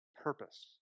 purpose